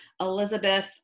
Elizabeth